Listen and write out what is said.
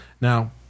Now